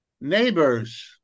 neighbors